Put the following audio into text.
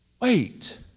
wait